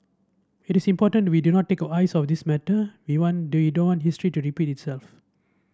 it is important we do not take our eyes off this matter we want history to repeat itself